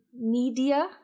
media